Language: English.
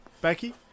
Becky